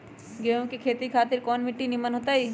गेंहू की खेती खातिर कौन मिट्टी निमन हो ताई?